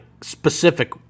specific